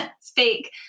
speak